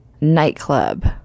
Nightclub